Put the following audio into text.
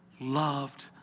loved